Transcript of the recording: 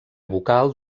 vocal